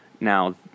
Now